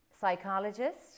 psychologist